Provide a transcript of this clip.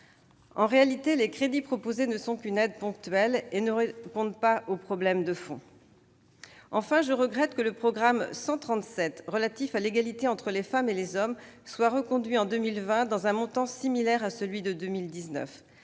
En réalité, les crédits proposés ne sont qu'une aide ponctuelle et ne répondent pas aux problèmes de fond. Enfin, je regrette que le programme 137 relatif à l'égalité entre les femmes et les hommes soit reconduit en 2020 avec un montant similaire à celui de 2019.